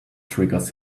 triggers